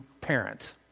parent